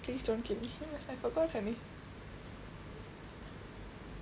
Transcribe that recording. please don't kill me I forgot her name